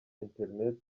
internet